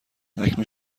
اکنون